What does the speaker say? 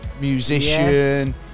musician